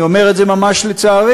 אני אומר את זה ממש לצערי,